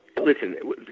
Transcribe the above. listen